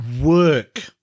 work